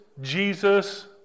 Jesus